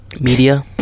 Media